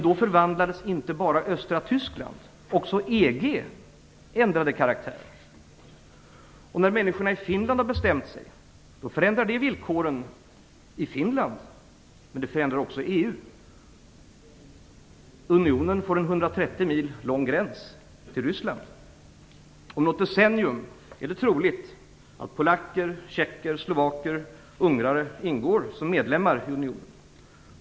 Då förvandlades inte bara östra Tyskland, utan också EG ändrade karaktär. När människorna i Finland har bestämt sig förändrar det villkoren i Finland, men det förändrar också EU. Unionen får en 130 mil lång gräns till Ryssland. Om något decennium är det troligt att polacker, tjecker, slovaker och ungrare ingår som medlemmar i unionen.